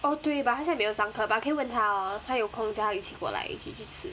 orh 对 but 她现在没有上课 but 可以问她 lor 她有空叫她一起过来一起去吃